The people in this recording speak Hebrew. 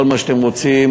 כל מה שאתם רוצים.